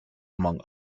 among